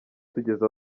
tugeze